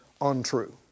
untrue